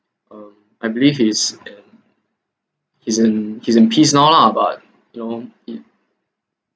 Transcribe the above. um I believe he is he's in he's in peace now lah but you know it